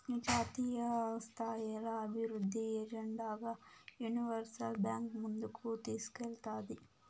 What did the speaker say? జాతీయస్థాయిల అభివృద్ధి ఎజెండాగా యూనివర్సల్ బాంక్ ముందుకు తీస్కేల్తాది